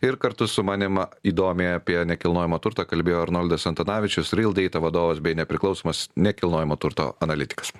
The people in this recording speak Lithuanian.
ir kartu su manim įdomiai apie nekilnojamą turtą kalbėjo arnoldas antanavičius rildeita vadovas bei nepriklausomas nekilnojamo turto analitikas